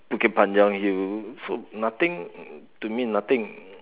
bukit-panjang hill so nothing to me nothing